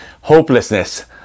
hopelessness